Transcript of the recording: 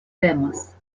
temas